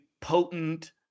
potent